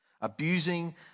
Abusing